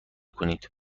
کنید